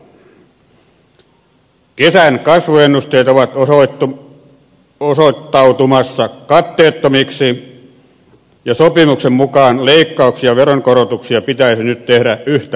kesän kasvuennusteet ovat osoittautumassa katteettomiksi ja sopimuksen mukaan leikkauksia ja veronkorotuksia pitäisi nyt tehdä yhtä paljon